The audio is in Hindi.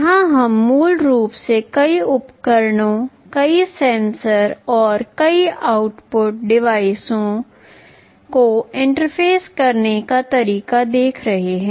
यहां हम मूल रूप से कई उपकरणों कई सेंसर और कई आउटपुट डिवाइसों को इंटरफ़ेस करने का तरीका देख रहे हैं